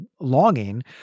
longing